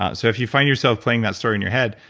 um so if you find yourself playing that story in your head,